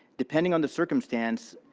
depending on the circumstance,